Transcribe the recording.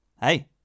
hey